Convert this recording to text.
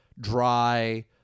dry